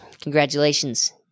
congratulations